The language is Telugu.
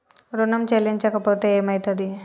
ఋణం చెల్లించకపోతే ఏమయితది?